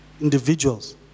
individuals